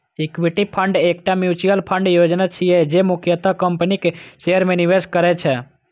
equity fund एकटा mutual fund योजना छियै, जे मुख्यतः कंपनीक शेयर मे निवेश करै छै